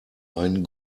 ein